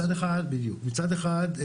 מצד אחד,